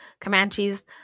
Comanches